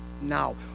now